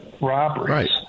robberies